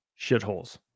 shitholes